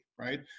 right